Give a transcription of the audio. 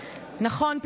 נכון,